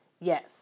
yes